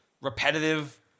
repetitive